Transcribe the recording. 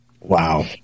wow